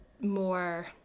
more